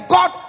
God